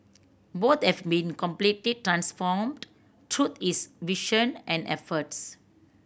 both have been completely transformed through his vision and efforts